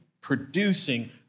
producing